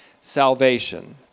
salvation